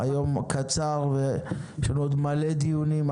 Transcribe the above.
היום קצר ויש לנו עוד מלא דיונים.